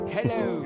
Hello